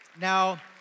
Now